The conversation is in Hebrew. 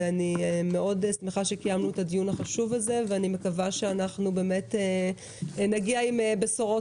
אני שמחה מאוד שקיימנו את הדיון החשוב הזה ואני מקווה שנגיע עם בשורות